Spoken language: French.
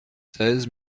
seize